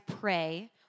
pray